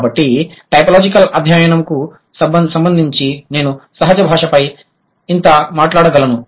కాబట్టి టైపోలాజికల్ అధ్యయనంకు సంబంధించి నేను సహజ భాషపై ఇంత మాట్లాడగలను